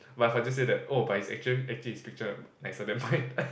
but Faizul say that oh but it's actually actually his picture nicer than mine